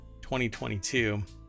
2022